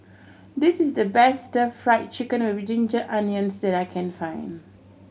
this is the best Fried Chicken with ginger onions that I can find